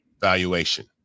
valuation